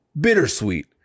bittersweet